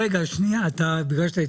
מיכאל, החיוך שלנו יגיע עד ירוחם, אל תדאג.